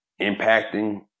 impacting